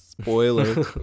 Spoiler